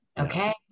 Okay